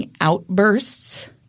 outbursts